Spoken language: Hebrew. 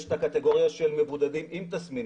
יש את הקטגוריה של מבודדים עם תסמינים.